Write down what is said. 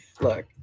look